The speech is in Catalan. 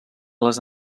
les